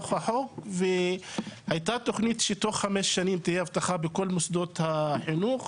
מטרת אותה התוכנית הייתה שתוך חמש שנים תהיה אבטחה בכל מוסדות החינוך,